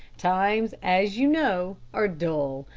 times, as you know, are dull,